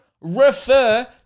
refer